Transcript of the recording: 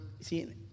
see